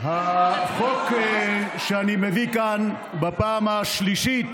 החוק שאני מביא כאן בפעם השלישית,